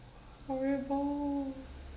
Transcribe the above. horrible